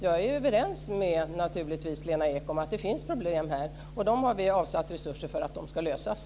Jag är överens med Lena Ek att det finns problem här. Vi har avsatt resurser för att de ska lösas.